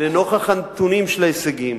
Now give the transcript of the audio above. לנוכח הנתונים של ההישגים,